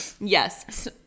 Yes